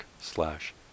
slash